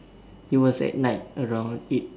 it was at night around eight